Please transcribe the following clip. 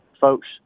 folks